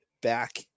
back